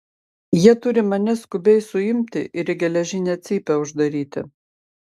jie turi mane skubiai suimti ir į geležinę cypę uždaryti